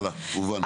הלאה, הובן.